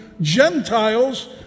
Gentiles